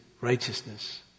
righteousness